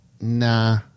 nah